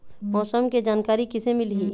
मौसम के जानकारी किसे मिलही?